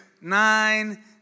nine